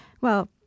Well